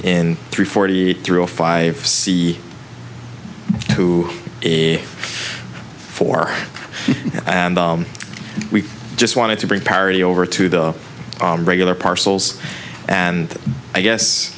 in three forty three or five see who is for and we just wanted to bring parity over to the regular parcels and i guess